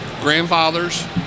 grandfathers